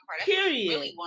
period